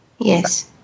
Yes